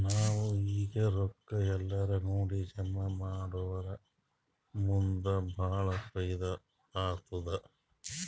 ನಾವ್ ಈಗ್ ರೊಕ್ಕಾ ಎಲ್ಲಾರೇ ನೋಡಿ ಜಮಾ ಮಾಡುರ್ ಮುಂದ್ ಭಾಳ ಫೈದಾ ಆತ್ತುದ್